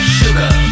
sugar